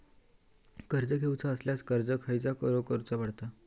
कर्ज घेऊचा असल्यास अर्ज खाय करूचो पडता?